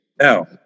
Now